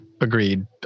agreed